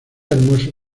hermoso